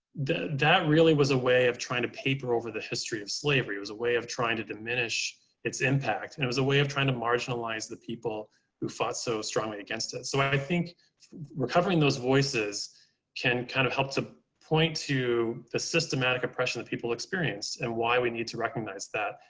that really was a way of trying to paper over the history of slavery. it was a way of trying to diminish its impact. and it was a way of trying to marginalize the people who fought so strongly against it. so and i think recovering those voices can kind of help to point to the systematic oppression that people experience and why we need to recommend that,